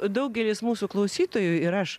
daugelis mūsų klausytojų ir aš